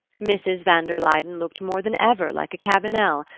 mrs. van der luyden looked more than ever like a cabanel,